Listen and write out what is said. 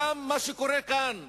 גם מה שקורה כאן בארץ,